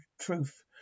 truth